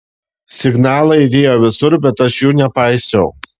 signalai aidėjo visur bet aš jų nepaisiau